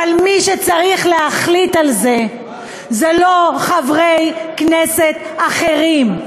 אבל מי שצריך להחליט על זה זה לא חברי כנסת אחרים.